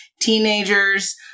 teenagers –